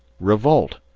revolt!